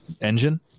engine